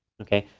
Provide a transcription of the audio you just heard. okay?